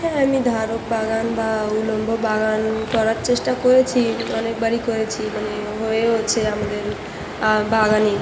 হ্যাঁ আমি ধারক বাগান বা উল্লম্ব বাগান করার চেষ্টা করেছি অনেকবারই করেছি মানে হয়েওছে আমাদের বাগানে